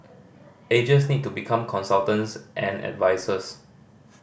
agents need to become consultants and advisers